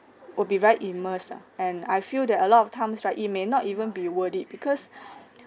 would be very immense uh and I feel that a lot of times right it may not even be worth it because